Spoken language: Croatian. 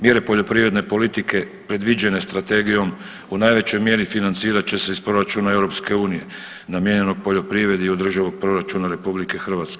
Mjere poljoprivredne politike predviđene strategijom u najvećoj mjeri financirat će se iz proračuna EU namijenjenog poljoprivredi i državnog proračuna RH.